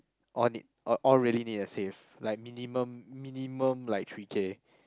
all need all all really need to save like minimum minimum like three K